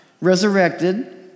resurrected